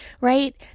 right